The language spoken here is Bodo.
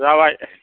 जाबाय